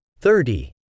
thirty